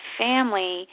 family